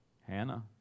Hannah